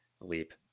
leap